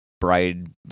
bride